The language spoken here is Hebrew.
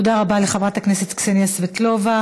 תודה רבה לחברת הכנסת קסניה סבטלובה.